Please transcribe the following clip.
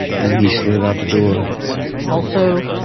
and he slid out the door also,